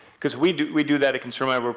because we do we do that, at consumerlab,